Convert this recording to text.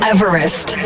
Everest